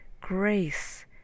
grace